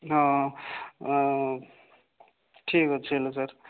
ହଁ ଠିକ୍ ଅଛି ହେଲେ ସାର୍